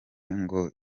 ngo